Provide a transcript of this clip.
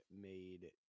made